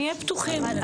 שנהיה פתוחים.